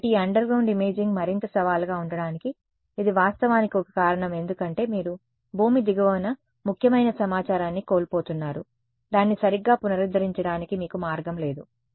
కాబట్టి ఈ underground imaging మరింత సవాలుగా ఉండటానికి ఇది వాస్తవానికి ఒక కారణం ఎందుకంటే మీరు భూమి దిగువన ముఖ్యమైన సమాచారాన్ని కోల్పోతున్నారు దాన్ని సరిగ్గా పునరుద్ధరించడానికి మీకు మార్గం లేదు